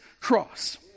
cross